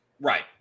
Right